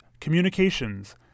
communications